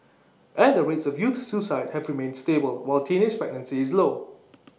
and the rates of youth suicide have remained stable while teenage pregnancy is low